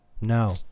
No